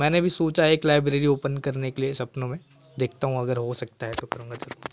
मैंने भी सोचा एक लाइब्रेरी ओपन करने के लिए सपनों में देखता हूँ अगर हो सकता है तो करूँगा ज़रूर